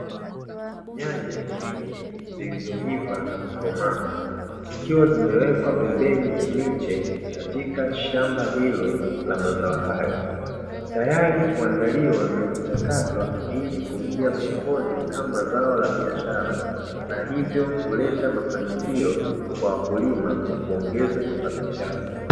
Nyanya nyingi zilizoiva na kukomaa zikiwa zimewekwa pembeni ya miche katika shamba hilo la mazao hayo, tayari kuandaliwa na kuchakatwa ili kuingia sokoni kama zao la biashara na hivyo kuleta mafanikio kwa wakulima kwa kuongeza kipato chao.